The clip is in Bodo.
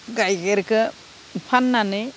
गाइखेरखौ फाननानै